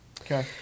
Okay